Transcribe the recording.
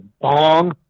Bong